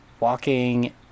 Walking